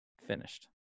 finished